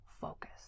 focus